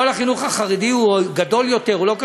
כל החינוך החרדי הוא גדול יותר, הוא לא קשור.